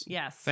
Yes